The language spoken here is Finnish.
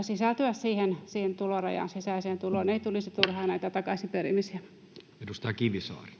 sisältyä siihen tulorajan sisäiseen tuloon. Ei tulisi turhaan näitä takaisinperimisiä. [Speech 66]